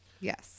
Yes